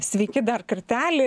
sveiki dar kartelį